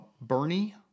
Bernie